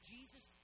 Jesus